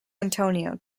antonio